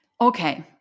Okay